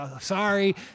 Sorry